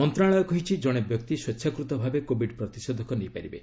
ମନ୍ତ୍ରଣାଳୟ କହିଛି ଜଣେ ବ୍ୟକ୍ତି ସ୍ପେଚ୍ଛାକୂତ ଭାବେ କୋବିଡ୍ ପ୍ରତିଷେଧକ ନେଇପାରିବେ